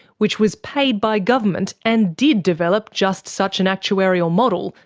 which was paid by government and did develop just such an actuarial model,